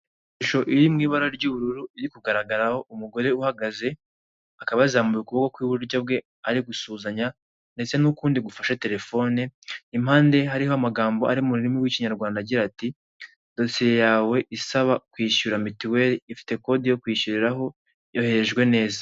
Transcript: Ishusho iri mu ibara ry'ubururu iri kugaragaraho umugore uhagaze, akabazamuraye ukuboko kw'iburyo bwe ari gusuhuzanya, ndetse n'ukundi gufashe telefone, impande hariho amagambo ari mu rurimi rw'ikinyarwanda agira ati "dosiye yawe isaba kwishyura mitiweli ifite koti yo kwishyuriraho yoherejwe neza".